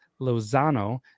Lozano